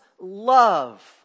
love